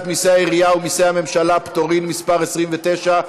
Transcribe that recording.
מסי העירייה ומסי הממשלה (פטורין) (מס' 29),